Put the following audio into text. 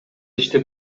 ишти